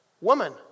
Woman